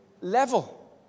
level